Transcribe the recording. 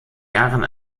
jahren